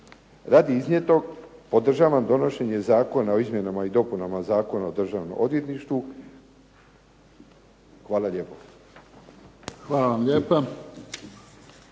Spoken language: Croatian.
Radi iznijet, podržavam donošenje Zakona o izmjenama i dopunama Zakona o Državnom odvjetništvu. Hvala lijepo. **Mimica, Neven